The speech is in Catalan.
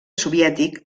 soviètic